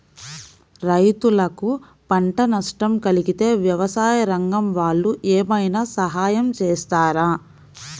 రైతులకు పంట నష్టం కలిగితే వ్యవసాయ రంగం వాళ్ళు ఏమైనా సహాయం చేస్తారా?